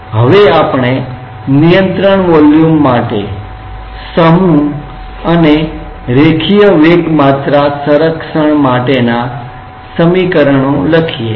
હવે આપણે નિયંત્રણ વોલ્યુમ માટે માસ અને રેખીય વેગમાત્રા સંરક્ષણ માટેના સમીકરણો લખીએ